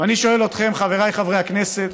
ואני שואל אתכם, חבריי חברי הכנסת: